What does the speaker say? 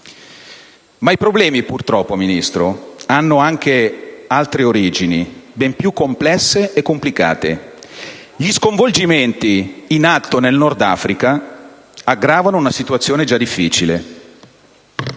Ma i problemi, purtroppo, Ministro, hanno anche altre origini, ben più complesse e complicate. Gli sconvolgimenti in atto nel Nord Africa aggravano una situazione già difficile